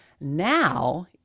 now